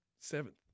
seventh